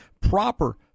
proper